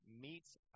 meets